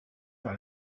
par